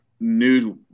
new